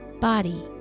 body